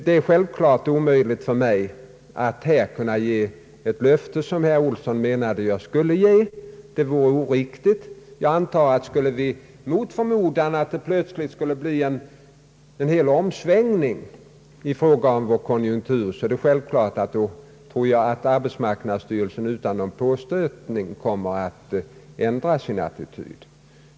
Det är självfallet omöjligt för mig att ge ett sådant löfte som herr Olsson anser att jag bör ge. Det vore oriktigt att göra det. Skulle plötsligt mot förmodan en omsvängning i konjunkturen inträffa, är det självklart att arbetsmarknadsstyrelsen — utan = påstötning kommer att ändra sin attityd.